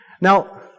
Now